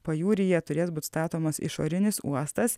pajūryje turės būt statomas išorinis uostas